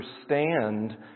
understand